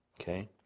Okay